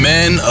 Men